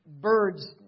birds